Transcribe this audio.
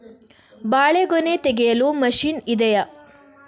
ಬಾಳೆಗೊನೆ ತೆಗೆಯಲು ಮಷೀನ್ ಇದೆಯಾ?